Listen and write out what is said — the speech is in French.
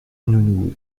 nous